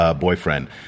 boyfriend